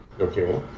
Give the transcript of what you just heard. Okay